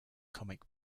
comic